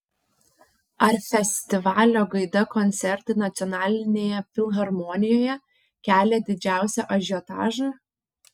ar festivalio gaida koncertai nacionalinėje filharmonijoje kelia didžiausią ažiotažą